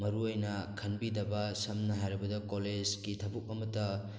ꯃꯔꯨ ꯑꯣꯏꯅ ꯈꯟꯕꯤꯗꯕ ꯁꯝꯅ ꯍꯥꯏꯔꯕꯗ ꯀꯣꯂꯦꯖꯀꯤ ꯊꯕꯛ ꯑꯃꯇ